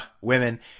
women